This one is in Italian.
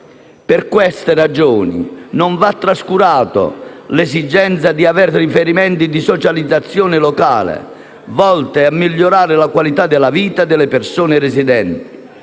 Per queste ragioni non va trascurata l'esigenza di avere riferimenti di socializzazione locale volti a migliorare la qualità della vita delle persone residenti;